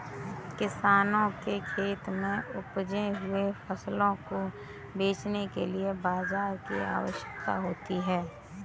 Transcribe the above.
किसानों के खेत में उपजे हुए फसलों को बेचने के लिए बाजार की आवश्यकता होती है